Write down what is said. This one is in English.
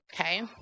okay